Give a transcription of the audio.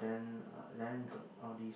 then then got all these